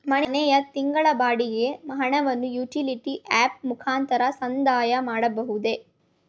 ಮನೆಯ ತಿಂಗಳ ಬಾಡಿಗೆ ಹಣವನ್ನು ಯುಟಿಲಿಟಿ ಆಪ್ ಮುಖಾಂತರ ಸಂದಾಯ ಮಾಡಬಹುದೇ?